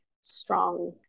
strong